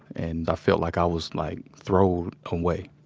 and i felt like i was like throwed away.